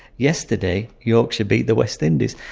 yesterday yorkshire beat the west indies.